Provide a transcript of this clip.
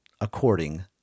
according